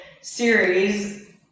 series